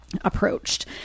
approached